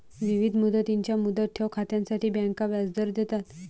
विविध मुदतींच्या मुदत ठेव खात्यांसाठी बँका व्याजदर देतात